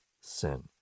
sin